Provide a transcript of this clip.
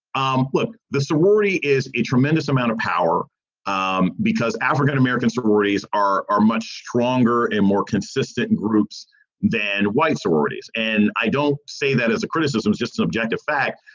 um the sorority is a tremendous amount of power um because african-american sororities are are much stronger and more consistent in groups than white sororities. and i don't say that as a criticism is just an objective fact.